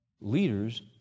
leaders